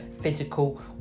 physical